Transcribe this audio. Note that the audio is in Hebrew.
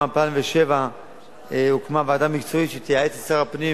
גם ב-2007 הוקמה ועדה מקצועית שתייעץ לשר הפנים